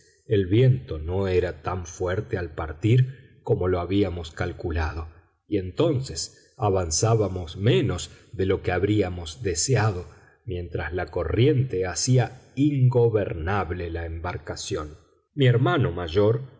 el viento no era tan fuerte al partir como lo habíamos calculado y entonces avanzábamos menos de lo que habríamos deseado mientras la corriente hacía ingobernable la embarcación mi hermano mayor